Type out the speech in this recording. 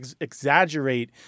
exaggerate